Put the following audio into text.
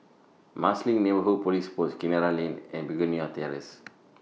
Marsiling Neighbourhood Police Post Kinara Lane and Begonia Terrace